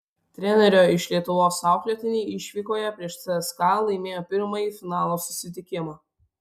trenerio iš lietuvos auklėtiniai išvykoje prieš cska laimėjo pirmąjį finalo susitikimą